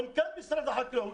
מנכ"ל משרד החקלאות,